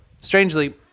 Strangely